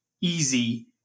easy